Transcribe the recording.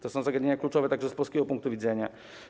To są zagadnienia kluczowe także z polskiego punktu widzenia.